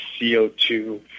CO2